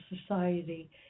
society